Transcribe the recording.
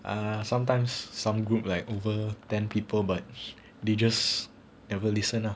err sometimes some group like over then people but they just never listen lah